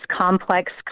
complex